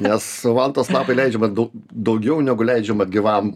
nes vantos lapai leidžia daug daugiau negu leidžiama gyvam